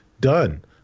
done